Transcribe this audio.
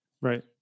right